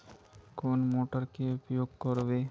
कौन मोटर के उपयोग करवे?